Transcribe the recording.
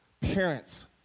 Parents